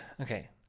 Okay